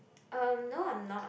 um no I'm not